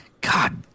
God